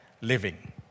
living